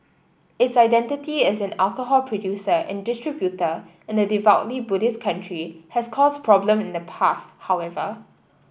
its identity as an alcohol producer and distributor in a devoutly Buddhist country has caused problems in the past however